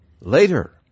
Later